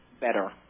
better